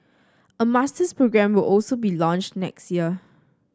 a masters programme will also be launched next year